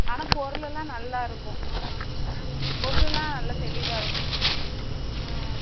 ஆனால் பொருளெல்லாம் நல்லாருக்கும் ஆ ஆ பொருளெல்லாம் நல்ல தெளிவாக இருக்கும் ஆ